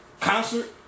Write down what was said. concert